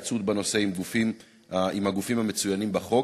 1. האם התקיימה התייעצות בנושא עם הגופים המצוינים בחוק?